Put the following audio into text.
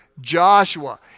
Joshua